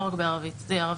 לא רק בערבית,